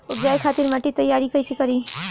उपजाये खातिर माटी तैयारी कइसे करी?